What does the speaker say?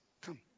Come